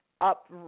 up